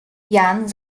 jan